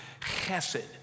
chesed